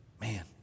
Man